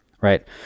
Right